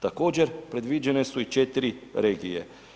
Također, predviđene su 4 regije.